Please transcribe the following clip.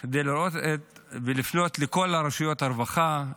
כדי לראות ולפנות לכל רשויות הרווחה,